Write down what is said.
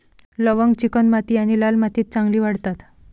लवंग चिकणमाती आणि लाल मातीत चांगली वाढतात